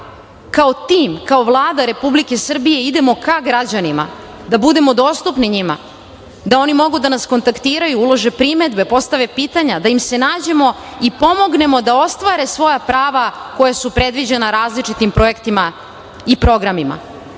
kao tim, kao Vlada Republike Srbije, idemo ka građanima, da budemo dostupni njima, da oni mogu da nas kontaktiraju, ulože primedbe, postave pitanja, da im se nađemo i pomognemo da ostvare svoja prava koja su predviđena različitim projektima i programima,